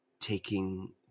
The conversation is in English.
taking